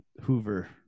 Hoover